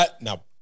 now